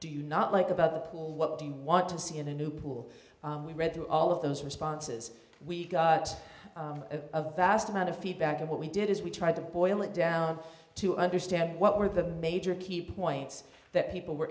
do you not like about the pool what do you want to see in a new pool we read through all of those responses we got a vast amount of feedback and what we did is we tried to boil it down to understand what were the major key points that people were